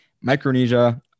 Micronesia